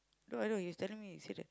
no I know he's telling me say that